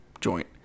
joint